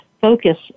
focus